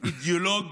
אידיאולוג